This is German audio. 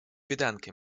bedanke